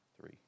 Three